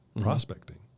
prospecting